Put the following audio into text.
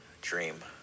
dream